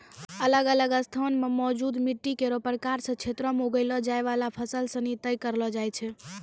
अलग अलग स्थान म मौजूद मिट्टी केरो प्रकार सें क्षेत्रो में उगैलो जाय वाला फसल सिनी तय करलो जाय छै